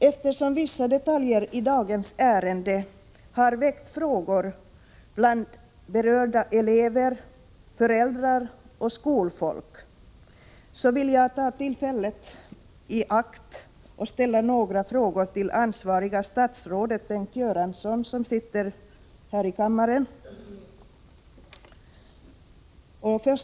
Eftersom vissa detaljer i dagens ärende har väckt frågor bland berörda elever, föräldrar och skolfolk, vill jag ta tillfället i akt och ställa några frågor till det ansvariga statsrådet Bengt Göransson, som sitter här i kammaren.